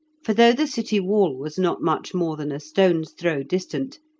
for though the city wall was not much more than a stone's throw distant,